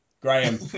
Graham